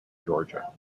georgia